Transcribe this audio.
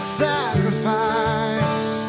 sacrifice